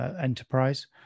Enterprise